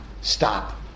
stop